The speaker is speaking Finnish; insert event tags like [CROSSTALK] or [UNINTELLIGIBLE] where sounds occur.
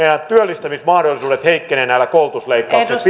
työllistämismahdollisuudet heikkenevät näillä koulutusleikkauksilla [UNINTELLIGIBLE]